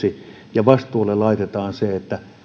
ja vastuulle laitetaan se että